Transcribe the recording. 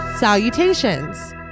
salutations